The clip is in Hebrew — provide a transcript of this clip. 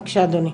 בבקשה, אדוני.